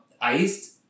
iced